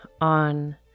on